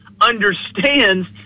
understands